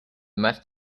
must